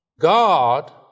God